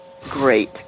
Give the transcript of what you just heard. great